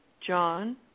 John